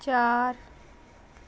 चार